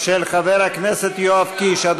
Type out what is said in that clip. של חבר הכנסת יואב קיש.